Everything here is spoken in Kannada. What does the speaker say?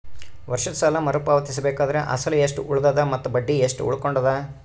ವರ್ಷದ ಸಾಲಾ ಮರು ಪಾವತಿಸಬೇಕಾದರ ಅಸಲ ಎಷ್ಟ ಉಳದದ ಮತ್ತ ಬಡ್ಡಿ ಎಷ್ಟ ಉಳಕೊಂಡದ?